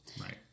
Right